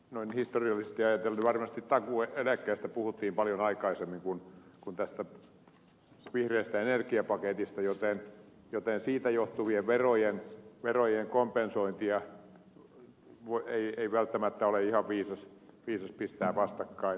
noin historiallisesti ajatellen varmasti takuueläkkeestä puhuttiin paljon aikaisemmin kuin tästä vihreästä energiapaketista joten siitä johtuvien verojen kompensointia ei välttämättä ole ihan viisasta pistää vastakkain